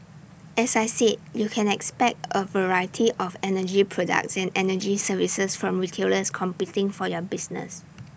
as I said you can expect A variety of energy products and energy services from retailers competing for your business